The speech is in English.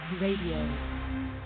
Radio